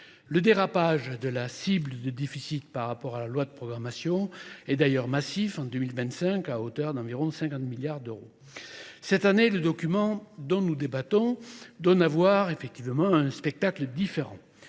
Le dérapage de la cible de déficit par rapport à la loi de programmation est d'ailleurs massif en 2025 à hauteur d'environ 50 milliards d'euros. Cette année, le document dont nous débattons donne à voir effectivement un spectacle différent.